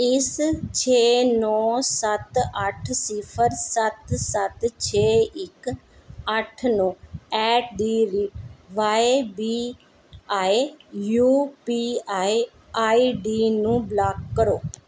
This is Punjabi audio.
ਇਸ ਛੇ ਨੌ ਸੱਤ ਅੱਠ ਸਿਫਰ ਸੱਤ ਸੱਤ ਛੇ ਇੱਕ ਅੱਠ ਨੌ at the rate Y B I U P I I D ਨੂੰ ਬਲਾਕ ਕਰੋ